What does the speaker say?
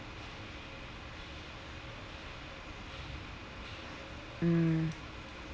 mm